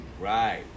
Right